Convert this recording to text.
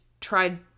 tried